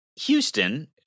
Houston